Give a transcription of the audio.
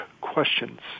questions